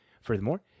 Furthermore